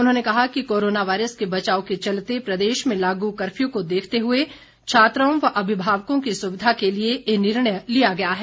उन्होंने कहा कि कोरोना वायरस के बचाव के चलते प्रदेश में लागू कर्फ्यू को देखते हुए छात्राओं व अभिभावकों की सुविधा के लिए ये निर्णय लिया गया है